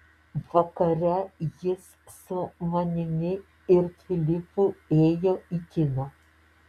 vakare jis su manimi ir filipu ėjo į kiną